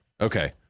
Okay